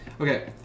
Okay